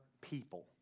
people